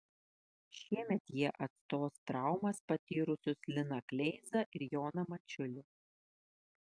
šiemet jie atstos traumas patyrusius liną kleizą ir joną mačiulį